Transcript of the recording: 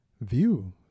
view